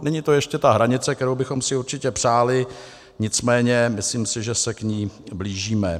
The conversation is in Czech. Není to ještě ta hranice, kterou bychom si určitě přáli, nicméně myslím si, že se k ní blížíme.